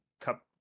cup